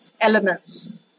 elements